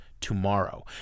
Tomorrow